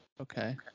okay